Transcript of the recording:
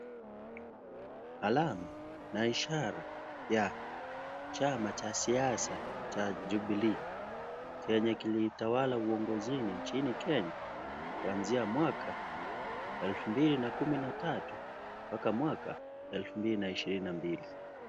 Alama na ishara ya chama cha siasa ya Jubilee chenye kilitawala uongozini nchini Kenya kuanzia mwaka elfu mbili na kumi na tatu mpaka mwaka elfu mbili na ishirini na mbili.